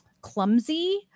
clumsy